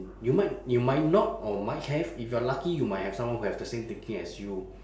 you might you might not or might have if you're lucky you might have someone who have the same thinking as you